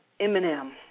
Eminem